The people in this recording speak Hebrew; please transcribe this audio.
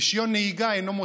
רישיון נהיגה אינו מותרות.